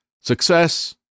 Success